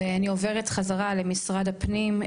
אני עוברת חזרה למשרד הפנים,